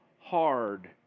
hard